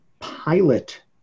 pilot